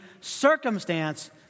circumstance